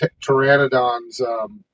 pteranodons